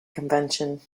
convention